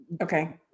Okay